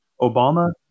Obama